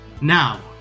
now